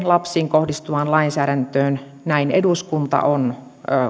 lapsiin kohdistuvaan lainsäädäntöön näin eduskunta on